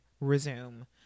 resume